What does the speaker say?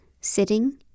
Sitting